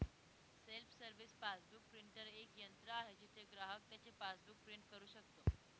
self service passbook printer एक यंत्र आहे जिथे ग्राहक त्याचे पासबुक प्रिंट करू शकतो